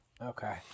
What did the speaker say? Okay